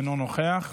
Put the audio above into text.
אינו נוכח,